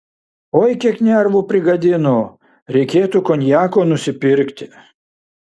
oi kiek nervų prigadino reikėtų konjako nusipirkti